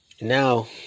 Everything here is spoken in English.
now